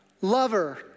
lover